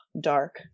dark